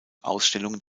ausstellungen